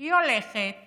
היא הולכת